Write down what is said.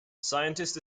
scientists